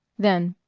then